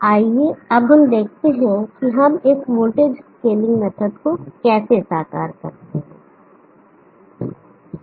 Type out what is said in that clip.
आइए अब हम देखते हैं कि हम इस वोल्टेज स्केलिंग मेथड को कैसे साकार करते हैं